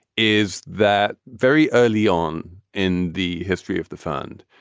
is that very early on in the history of the fund,